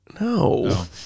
No